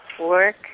work